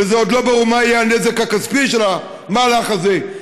ועוד לא ברור מה יהיה הנזק הכספי של המהלך הזה,